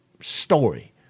story